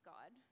God